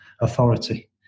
authority